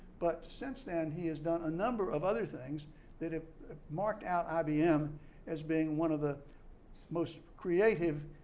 but since then, he has done a number of other things that have marked out ibm as being one of the most creative